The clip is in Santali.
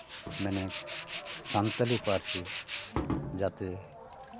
ᱢᱮᱱᱮᱫ ᱥᱟᱱᱛᱟᱲᱤ ᱯᱟᱹᱨᱥᱤ ᱡᱟᱛᱮ